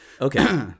Okay